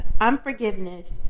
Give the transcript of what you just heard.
Unforgiveness